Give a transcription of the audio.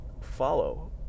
follow